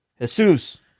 Jesus